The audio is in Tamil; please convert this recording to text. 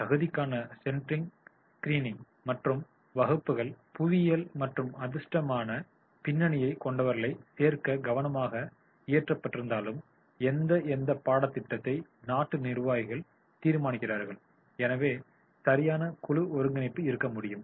தகுதிக்கான சென்ட்ரல் சிகிரீனிங் மற்றும் வகுப்புகள் புவியியல் மற்றும் அதிர்ஷ்டமான பின்னணியைக் கொண்டவர்களைச் சேர்க்க கவனமாக இயற்றப்பட்டிருந்தாலும் எந்த எந்த பாடத்திட்டத்தை நாட்டு நிர்வாகிகள் தீர்மானிக்கிறார்கள் எனவே சரியான குழு ஒருங்கிணைப்பு இருக்க முடியும்